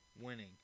winning